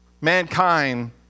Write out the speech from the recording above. Mankind